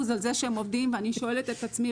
על זה שהם עובדים ואני שואלת את עצמי,